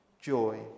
joy